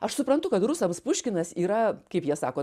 aš suprantu kad rusams puškinas yra kaip jie sako